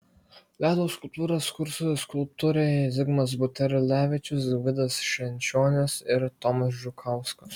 ledo skulptūras kurs skulptoriai zigmas buterlevičius gvidas švenčionis ir tomas žukauskas